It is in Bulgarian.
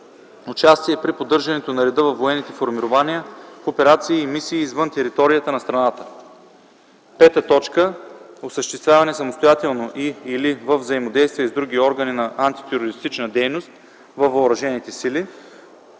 участие при поддържането на реда във военните формирования в операции и мисии извън територията на страната; 5. осъществяване самостоятелно и/или във взаимодействие с други органи на антитерористична дейност във въоръжените сили;